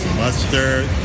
mustard